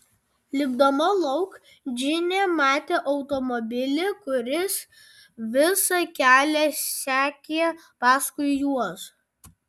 lipdama lauk džinė matė automobilį kuris visą kelią sekė paskui juos